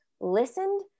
listened